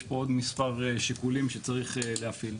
יש פה עוד מספר שיקולים שצריך להפעיל.